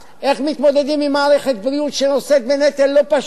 איך מתמודדים עם מערכת בריאות שנושאת בנטל לא פשוט,